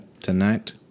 tonight